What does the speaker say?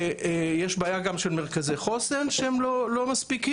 ויש גם בעיה של מרכזי חוסן, שהם לא מספיקים.